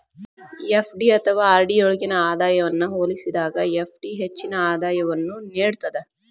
FD ಅಥವಾ RD ಯೊಳ್ಗಿನ ಆದಾಯವನ್ನ ಹೋಲಿಸಿದಾಗ ಎಫ್.ಡಿ ಹೆಚ್ಚಿನ ಆದಾಯವನ್ನು ನೇಡ್ತದ